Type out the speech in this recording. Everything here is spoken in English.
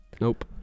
Nope